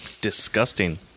disgusting